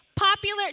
popular